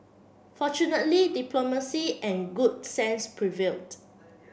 fortunately diplomacy and good sense prevailed